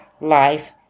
life